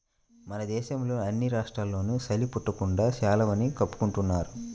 మన దేశంలోని అన్ని రాష్ట్రాల్లోనూ చలి పుట్టకుండా శాలువాని కప్పుకుంటున్నారు